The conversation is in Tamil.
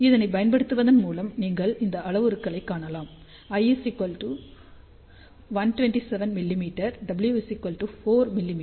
இதனை பயன்படுத்துவதன் மூலம் நீங்கள் இந்த அளவுருக்களைக் காணலாம் l 127 மிமீ w 4 மிமீ